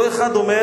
אותו אחד אומר: